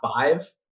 five